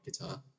guitar